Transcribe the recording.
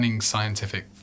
scientific